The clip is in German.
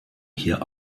hier